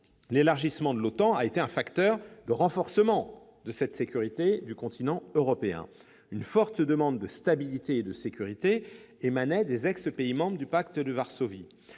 l'élargissement de l'OTAN a été un facteur de renforcement de la sécurité du continent européen. Une forte demande de stabilité et de sécurité émanait des ex-pays membres du pacte de Varsovie.